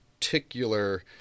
particular